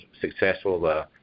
successful